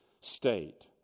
state